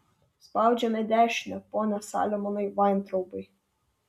spaudžiame dešinę pone saliamonai vaintraubai